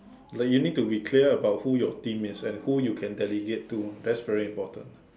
like you need to be clear about who your team is and who you can delegate to that's very important lah